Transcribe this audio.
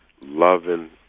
Loving